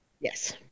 Yes